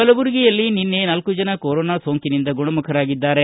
ಕಲಬುರಗಿಯಲ್ಲಿ ನಿನ್ನೆ ನಾಲ್ಕು ಜನ ಕೊರೋನಾ ಸೋಂಕಿನಿಂದ ಗುಣಮುಖರಾಗಿದ್ದಾರೆ